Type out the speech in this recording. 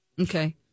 Okay